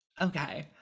Okay